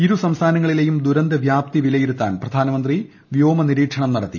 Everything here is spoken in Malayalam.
ഇരുസംസ്ഥാനങ്ങളിലേയും ദുരന്തവൃാപ്തി വിലയിരുത്താൻ പ്രധാനമന്ത്രി വ്യോമനിരീക്ഷണം നടത്തി